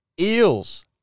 Eels